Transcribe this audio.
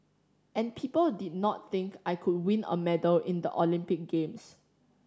and people did not think I could win a medal in the Olympic games